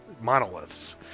monoliths